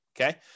Okay